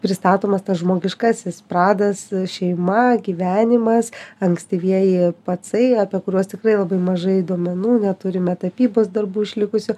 pristatomas tas žmogiškasis pradas šeima gyvenimas ankstyvieji pacai apie kuriuos tikrai labai mažai duomenų na turime tapybos darbų išlikusių